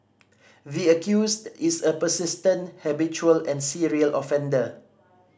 the accused is a persistent habitual and serial offender